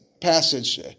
passage